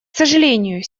сожалению